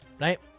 Right